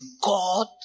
God